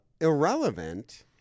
irrelevant